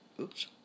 Oops